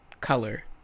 color